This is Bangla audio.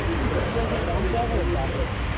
হুম মেটিরিয়ালসের দামটা এখন যাবে একটু